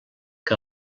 que